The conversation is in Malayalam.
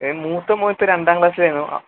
ഏ മൂത്ത മോനിപ്പോൾ രണ്ടാം ക്ലാസ്സിലായിരുന്നു